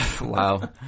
wow